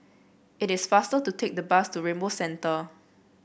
it is faster to take the bus to Rainbow Centre